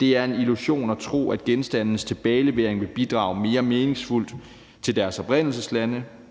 Det er en illusion at tro, at genstandes tilbagelevering vil bidrage mere meningsfuldt til deres oprindelseslande.